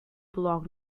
belong